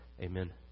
Amen